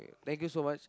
thank you so much